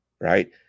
right